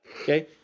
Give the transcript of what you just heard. okay